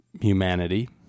humanity